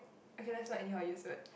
okay let's not any how use word